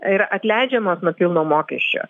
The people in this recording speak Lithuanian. ir atleidžiamos nuo pilno mokesčio